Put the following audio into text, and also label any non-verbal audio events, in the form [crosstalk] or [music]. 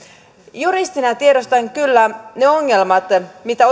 juristina tiedostan kyllä ne ongelmat mitä [unintelligible]